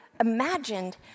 imagined